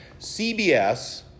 CBS